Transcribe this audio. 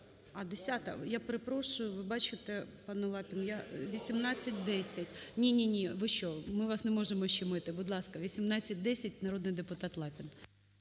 А, 10-а. Я, перепрошую, ви бачите, пане Лапін… 1810… ні-ні, ви що ми вас не можемо ущемити. Будь ласка 1810, народний депутат Лапін.